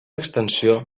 extensió